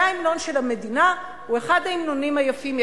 זה ההמנון של המדינה, הוא אחד ההמנונים היפים.